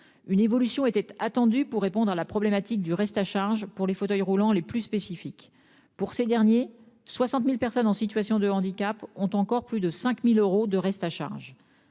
Une évolution était attendu pour répondre à la problématique du reste à charge pour les fauteuils roulants les plus spécifiques pour ces derniers, 60.000 personnes en situation de handicap ont encore plus de 5000 euros de reste à charge